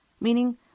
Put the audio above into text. Meaning